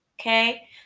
okay